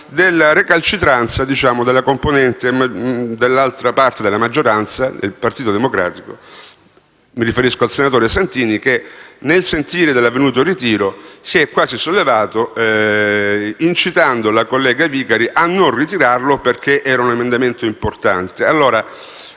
della recalcitranza dell'altra parte della maggioranza, ossia del Partito Democratico: mi riferisco al senatore Santini che, nel sentire dell'avvenuto ritiro, si è quasi sollevato incitando la collega Vicari a non ritirarlo perché era un emendamento importante.